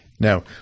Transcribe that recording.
Now